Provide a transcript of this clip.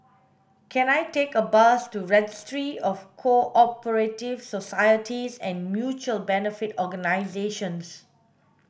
can I take a bus to Registry of Co operative Societies and Mutual Benefit Organisations